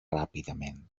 ràpidament